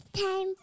Time